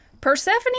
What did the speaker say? Persephone